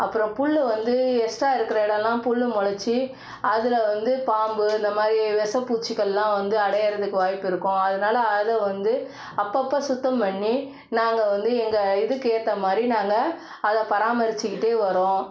அப்புறம் புல் வந்து எக்ஸ்ட்டா இருக்கிற இடம்லாம் புல் மொளைச்சி அதில் வந்து பாம்பு இந்தமாதிரி விஷப் பூச்சிக்கள்லாம் வந்து அடைகிறதுக்கு வாய்ப்பு இருக்கும் அதனால் அதை வந்து அப்பப்போ சுத்தம் பண்ணி நாங்கள் வந்து எங்கள் இதுக்கு ஏற்ற மாதிரி நாங்கள் அதை பராமரித்துக்கிட்டே வர்றோம்